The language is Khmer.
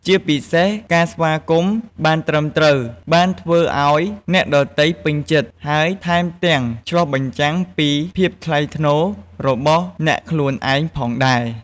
ជាពិសេសការស្វាគមន៍បានត្រឹមត្រូវ បានធ្វើឱ្យអ្នកដទៃពេញចិត្ត ហើយថែមទាំងឆ្លុះបញ្ចាំងពីភាពថ្លៃថ្នូររបស់អ្នកខ្លួនឯងផងដែរ។